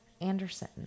Anderson